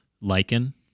lichen